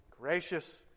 gracious